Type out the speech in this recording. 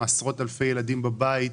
עשרות אלפי ילדים בבית,